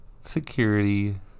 security